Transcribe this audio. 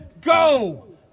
go